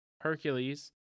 Hercules